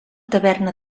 taverna